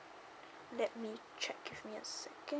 let me check give me a second